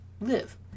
live